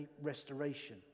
restoration